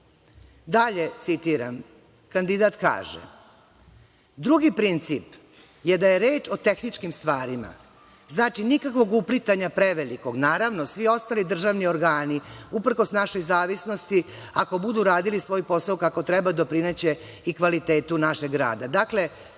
Dalje citiram, kandidat kaže: „Drugi princip je da je reč o tehničkim stvarima, znači nikakvog uplitanja prevelikog. Naravno, svi ostali državni organi, uprkos našoj zavisnosti, ako budu radili svoj posao kako treba, doprineće i kvalitetu našeg rada“.